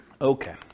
Okay